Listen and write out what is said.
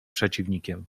przeciwnikiem